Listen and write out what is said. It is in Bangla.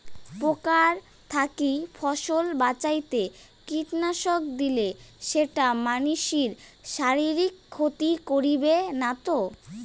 পোকার থাকি ফসল বাঁচাইতে কীটনাশক দিলে সেইটা মানসির শারীরিক ক্ষতি করিবে না তো?